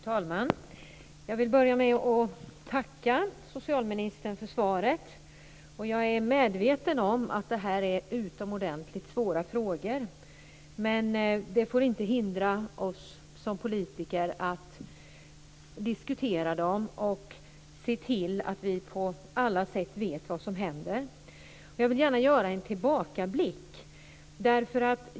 Fru talman! Jag vill börja med att tacka socialministern för svaret. Jag är medveten om att det här är utomordentligt svåra frågor, men det får inte hindra oss som politiker från att diskutera dem och se till att vi på alla sätt vet vad som händer. Jag vill gärna göra en tillbakablick.